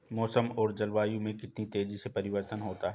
मौसम और जलवायु में कितनी तेजी से परिवर्तन होता है?